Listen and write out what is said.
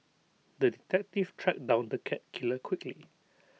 the detective tracked down the cat killer quickly